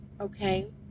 okay